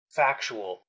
factual